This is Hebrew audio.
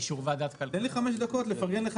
תן לי חמש דקות לפרגן לך